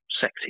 sexy